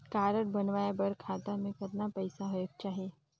Card बनवाय बर खाता मे कतना पईसा होएक चाही?